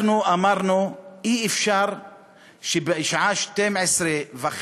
אנחנו אמרנו: אי-אפשר שבשעה 00:30,